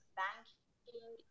banking